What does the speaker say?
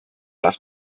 las